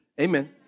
Amen